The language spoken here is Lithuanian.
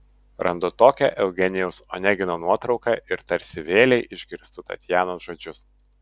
randu tokią eugenijaus onegino nuotrauką ir tarsi vėlei išgirstu tatjanos žodžius